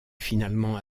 finalement